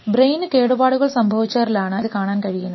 ബ്രെയിന് കേടുപാടുകൾ സംഭവിച്ചവരിലാണ് ഇത് കാണാൻ കഴിയുന്നത്